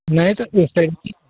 नहीं तो